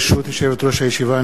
ברשות יושבת-ראש הישיבה,